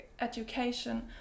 education